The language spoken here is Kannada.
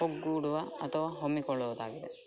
ಒಗ್ಗೂಡುವ ಅಥವಾ ಹಮ್ಮಿಕೊಳ್ಳುವುದಾಗಿದೆ